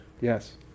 Yes